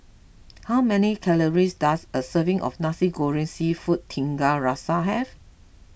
how many calories does a serving of Nasi Goreng Seafood Tiga Rasa have